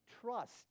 trust